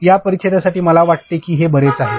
या परिच्छेदासाठी मला वाटते की हे बरेच आहे